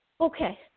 okay